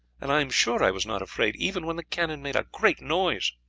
and i am sure i was not afraid even when the cannon made a great noise.